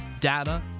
data